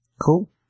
Cool